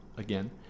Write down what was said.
again